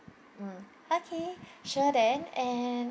mm okay sure then and